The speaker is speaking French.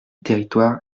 territoires